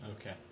Okay